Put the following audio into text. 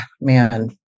man